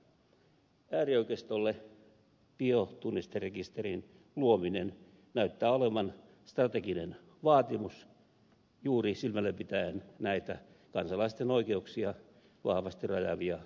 äärioikeistolle biotunnisterekisterin luominen näyttää olevan strateginen vaatimus juuri silmälläpitäen näitä kansalaisten oikeuksia vahvasti rajaavia lakiuudistuksia